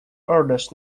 orders